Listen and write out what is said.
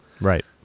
Right